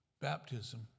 baptism